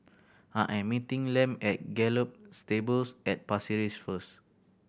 I am meeting Lem at Gallop Stables at Pasir Ris first